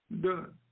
done